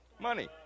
Money